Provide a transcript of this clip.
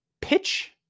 pitch